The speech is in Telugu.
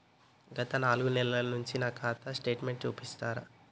గత నాలుగు నెలల నుంచి నా ఖాతా స్టేట్మెంట్ చూపిస్తరా?